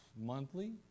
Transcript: monthly